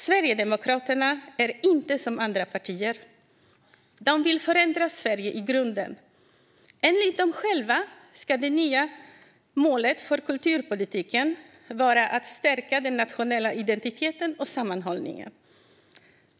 Sverigedemokraterna är inte som andra partier. De vill förändra Sverige i grunden. Enligt dem själva ska det nya målet för kulturpolitiken vara att stärka den nationella identiteten och sammanhållningen.